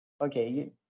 Okay